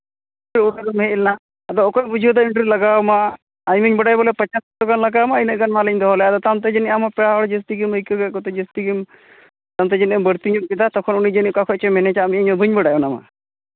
ᱩᱱ ᱦᱤᱞᱳᱜ ᱮᱢ ᱦᱮᱡ ᱞᱮᱱᱟ ᱟᱫᱚ ᱚᱠᱚᱭ ᱵᱩᱡᱷᱟᱹᱣᱫᱟ ᱱᱩᱱᱟᱹᱜ ᱰᱷᱮᱨ ᱞᱟᱜᱟᱣᱟᱢᱟ ᱤᱧ ᱢᱟᱧ ᱵᱟᱰᱟᱭ ᱵᱚᱞᱮ ᱯᱚᱧᱪᱟᱥ ᱠᱮᱡᱤ ᱜᱟᱱ ᱞᱟᱜᱟᱣᱟᱢᱟ ᱤᱱᱟᱹᱜ ᱜᱟᱱ ᱢᱟᱞᱤᱧ ᱫᱚᱦᱚ ᱞᱮᱫ ᱟᱫᱚ ᱛᱟᱭᱚᱢ ᱛᱮ ᱡᱟᱹᱱᱤᱡ ᱟᱢ ᱦᱚᱸ ᱯᱮᱲᱟ ᱦᱚᱲ ᱡᱟᱹᱥᱛᱤ ᱜᱮᱢ ᱟᱹᱭᱠᱟᱹᱣ ᱠᱮᱫ ᱠᱚᱛᱮ ᱡᱟᱹᱥᱛᱤ ᱜᱮᱢ ᱮᱠᱟᱞᱛᱮ ᱡᱟᱹᱱᱤᱡᱼᱮᱢ ᱵᱟᱹᱲᱛᱤ ᱧᱚᱜ ᱠᱮᱫᱟ ᱛᱚᱠᱷᱚᱱ ᱩᱱᱤ ᱡᱟᱹᱱᱤᱡ ᱚᱠᱟ ᱠᱷᱚᱱ ᱪᱚᱝ ᱢᱮᱱᱮᱡᱟᱜ ᱢᱮᱭᱟ ᱤᱧ ᱢᱟ ᱵᱟᱹᱧ ᱵᱟᱰᱟᱭ ᱚᱱᱟ ᱢᱟ